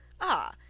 Ah